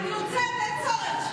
אני יוצאת, אין צורך.